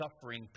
suffering